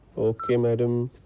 ok madam,